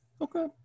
Okay